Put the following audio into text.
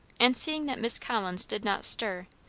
and seeing that miss collins did not stir,